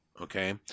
Okay